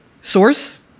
source